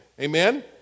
Amen